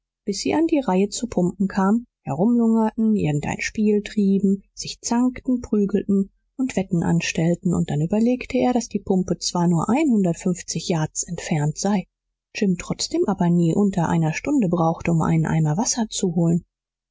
bis an sie die reihe zu pumpen kam herumlungerten irgend ein spiel trieben sich zankten prügelten und wetten anstellten und dann überlegte er daß die pumpe zwar nur einhundertundfünfzig yards entfernt sei jim trotzdem aber nie unter einer stunde brauchte um einen eimer wasser zu holen